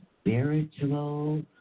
spiritual